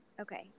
Okay